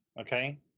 Okay